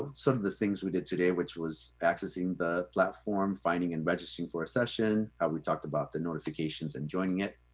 some of the things we did today which was accessing the platform, finding and registering for something, how we talked about the notifications and joining it.